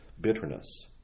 bitterness